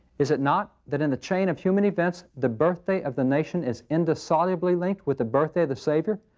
is it not that in the chain of human events, the birthday of the nation is indissolubly linked with the birthday of the savior,